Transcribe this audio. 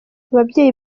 ababyeyi